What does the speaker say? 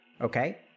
Okay